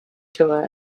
tour